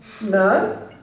no